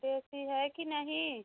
देसी है कि नहीं